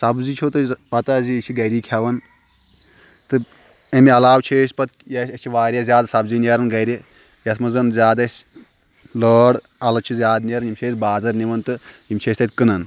سبٕزی چھو تۄہہِ پتہ زِ یہِ چھِ گری کھٮ۪وان تہٕ امہِ علاوٕ چھِ أسۍ پتہٕ یہِ اسہِ چھِ واریاہ زیادٕ سبزی نیران گرِ یتھ منٛز زن زیادٕ اسہِ لٲر الہٕ چھِ زیادٕ نیران یِم چھِ أسۍ بازر نِوان تہٕ یِم چھِ أسۍ تتہِ کٕنان